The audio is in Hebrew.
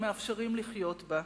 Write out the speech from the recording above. שמאפשרים לחיות בה.